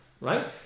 Right